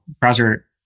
browser